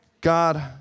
God